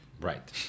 Right